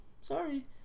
sorry